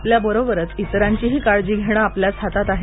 आपल्यासोबतच इतरांचीही काळजी घेणं आपल्याच हातात आहे